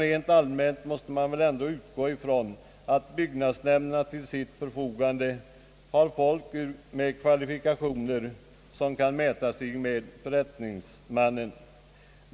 Rent allmänt måste man väl ändå utgå från att byggnadsnämnderna till sitt förfogande har folk som kan mäta sig med förrättningsmännen när det gäller kvalifikationer.